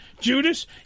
Judas